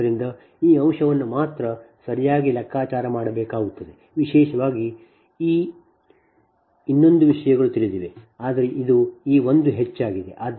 ಆದ್ದರಿಂದ ಈ ಅಂಶವನ್ನು ಮಾತ್ರ ಸರಿಯಾಗಿ ಲೆಕ್ಕಾಚಾರ ಮಾಡಬೇಕಾಗುತ್ತದೆ ವಿಶೇಷವಾಗಿ ಈ ಇನ್ನೊಂದು ವಿಷಯಗಳು ತಿಳಿದಿವೆ ಆದರೆ ಇದು ಈ ಒಂದು ಹೆಚ್ಚಾಗಿದೆ